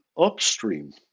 upstream